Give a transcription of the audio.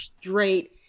straight